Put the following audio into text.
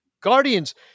guardians